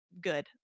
good